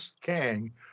Kang